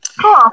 Cool